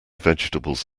vegetables